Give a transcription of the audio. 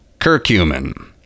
curcumin